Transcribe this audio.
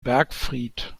bergfried